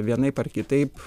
vienaip ar kitaip